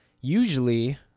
usually